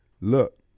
look